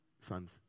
sons